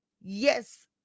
yes